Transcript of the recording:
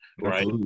right